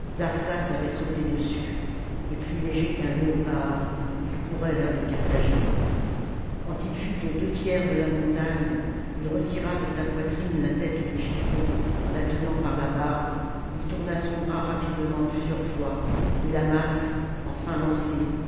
avait sauté dessus et plus léger qu'un léopard il courait vers les carthaginois quand il fut aux deux tiers de la montagne il retira de sa poitrine la tête de giscon en la tenant par la barbe il tourna son bras rapidement plusieurs fois et la masse enfin lancée